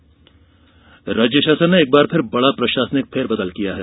पदस्थापना राज्य शासन ने एक बार फिर बड़ा प्रशासनिक फेरबदल किया है